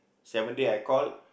seven day I call